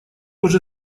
уже